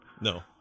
No